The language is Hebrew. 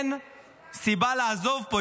אין סיבה לעזוב פה,